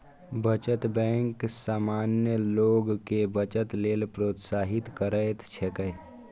बचत बैंक सामान्य लोग कें बचत लेल प्रोत्साहित करैत छैक